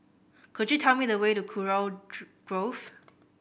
could you tell me the way to Kurau Grove